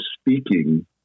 speaking